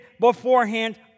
beforehand